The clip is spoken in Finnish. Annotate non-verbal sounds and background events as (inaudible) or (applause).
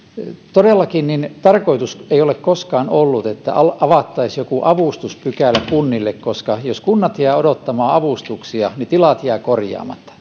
todellakaan tarkoitus ei ole koskaan ollut että avattaisiin jokin avustuspykälä kunnille koska jos kunnat jäävät odottamaan avustuksia tilat jäävät korjaamatta (unintelligible)